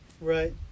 Right